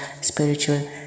spiritual